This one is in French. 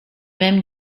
mêmes